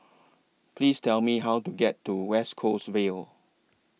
Please Tell Me How to get to West Coast Vale